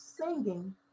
singing